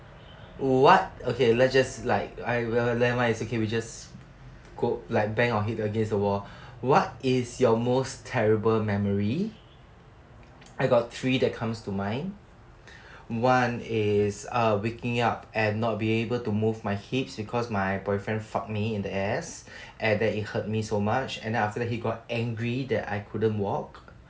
what okay let's just like I nevermind it's okay we just cope like bang or hit against the wall what is your most terrible memory I got three that comes to mind one is uh waking up and not being able to move my hips because my boyfriend fuck me in the ass and that he hurt me so much and after that he got angry that I couldn't walk